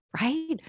right